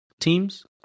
teams